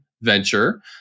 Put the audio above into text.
venture